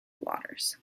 waters